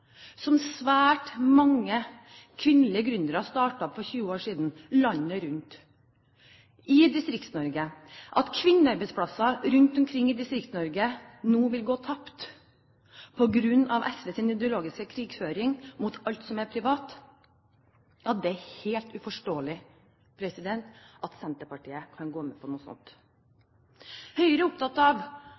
som svært mange kvinnelige gründere startet for 20 år siden rundt omkring i Distrikts-Norge, og at de kan gå med på at kvinnearbeidsplasser rundt omkring i Distrikts-Norge vil gå tapt på grunn av SVs ideologiske krigføring mot alt som er privat. Høyre er